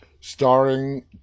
starring